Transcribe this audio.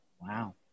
Wow